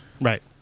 Right